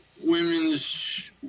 women's